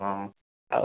ହଁ ଆଉ